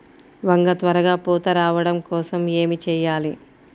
వంగ త్వరగా పూత రావడం కోసం ఏమి చెయ్యాలి?